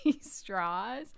straws